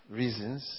reasons